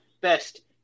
best